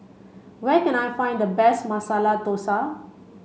where can I find the best Masala Dosa